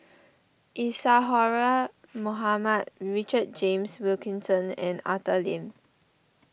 Isadhora Mohamed Richard James Wilkinson and Arthur Lim